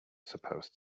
supposed